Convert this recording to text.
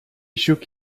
shook